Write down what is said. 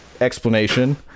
explanation